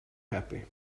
happy